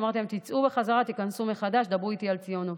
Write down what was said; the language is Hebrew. אמרתי להם: תצאו ותיכנסו מחדש ותדברו איתי על ציונות.